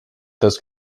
those